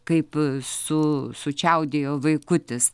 kaip su sučiaudėjo vaikutis